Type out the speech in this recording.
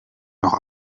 noch